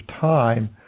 time